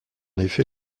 effet